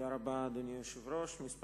אדוני היושב-ראש, תודה רבה.